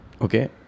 okay